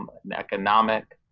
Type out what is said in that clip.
um an economic